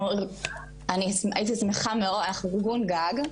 אני הייתי שמחה מאוד, אנחנו ארגון גג,